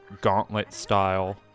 gauntlet-style